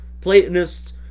Platonists